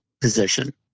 position